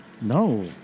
No